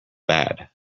bad